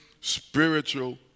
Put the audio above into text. spiritual